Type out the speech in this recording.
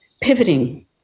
pivoting